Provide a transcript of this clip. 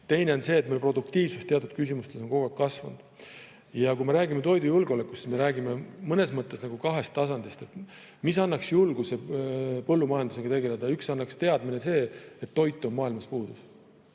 Teine asi on see, et produktiivsus teatud küsimustes on kogu aeg kasvanud. Kui me räägime toidujulgeolekust, siis me räägime mõnes mõttes nagu kahest tasandist, mis annaks julgust põllumajandusega tegeleda. Esiteks, teadmine, et toitu on maailmas puudu.